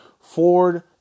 Ford